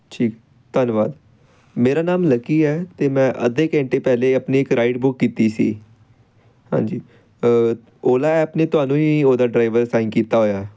ਜੀ ਧੰਨਵਾਦ ਮੇਰਾ ਨਾਮ ਲੱਕੀ ਹੈ ਅਤੇ ਮੈਂ ਅੱਧੇ ਘੰਟੇ ਪਹਿਲੇ ਆਪਣੀ ਇੱਕ ਰਾਈਡ ਬੁੱਕ ਕੀਤੀ ਸੀ ਹਾਂਜੀ ਓਲਾ ਐਪ ਨੇ ਤੁਹਾਨੂੰ ਹੀ ਉਹਦਾ ਡਰਾਈਵਰ ਅਸਾਈਨ ਕੀਤਾ ਹੋਇਆ